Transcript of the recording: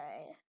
okay